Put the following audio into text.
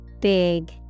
Big